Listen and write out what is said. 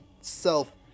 Self